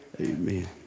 Amen